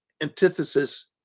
antithesis